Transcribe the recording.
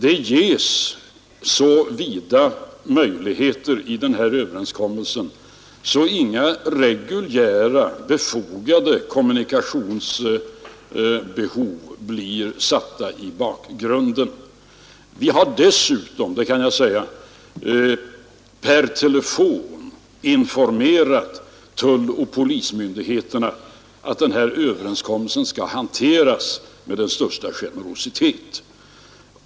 Det ges i denna överenskommelse så vida möjligheter att få tillstånd att inga reguljära, befogade kommunikationsbehov sätts tillbaka. Vi har dessutom per telefon informerat tulloch polismyndigheterna om att den här överenskommelsen skall hanteras med den största generositet.